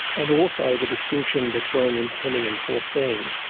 and also the distinction between intending and foreseeing,